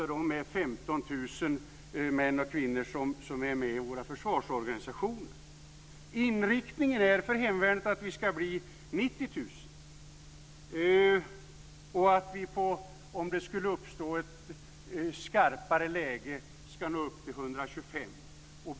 Av dem är det 15 000 män och kvinnor som är med i våra försvarsorganisationer. Inriktningen för hemvärnet är att vi ska bli 90 000 och att vi, om det skulle uppstå ett skarpare läge, ska nå upp till 125 000.